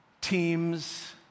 Teams